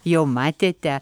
jau matėte